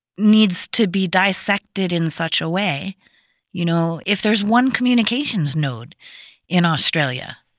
needs to be dissected in such a way. you know if there's one communications node in australia,